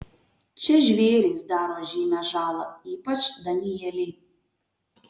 čia žvėrys daro žymią žalą ypač danieliai